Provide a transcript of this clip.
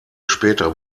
später